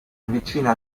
vicina